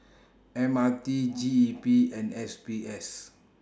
M R T G E P and S B S